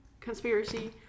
conspiracy